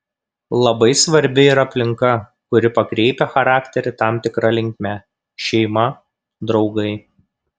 labai svarbi ir aplinka kuri pakreipia charakterį tam tikra linkme šeima draugai